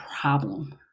problem